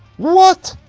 what?